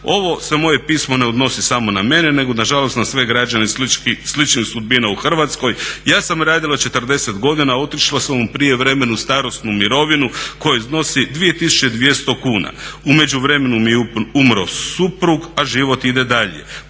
ovo se moje pismo ne odnosi samo na mene nego nažalost na sve građane sličnih sudbina u Hrvatskoj. Ja sam radila 40 godina, otišla sam u prijevremenu starosnu mirovinu koja iznosi 2200 kuna. U međuvremenu mi je umro suprug a život ide dalje.